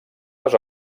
les